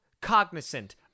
cognizant